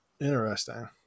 Interesting